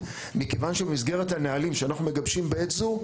מכיוון שבמסגרת הנהלים שאנחנו מגבשים בעת הזו,